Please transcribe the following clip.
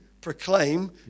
proclaim